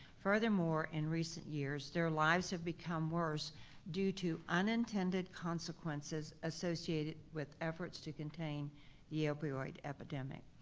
furthermore, in recent years, their lives have become worse due to unintended consequences associated with efforts to contain the opioid epidemic.